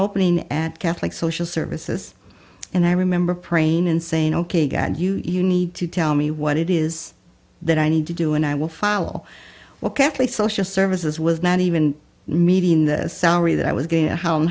opening at catholic social services and i remember praying and saying ok got you you need to tell me what it is that i need to do and i will fall what cafe social services was not even meeting the salary that i was gay at home